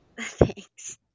Thanks